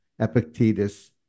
Epictetus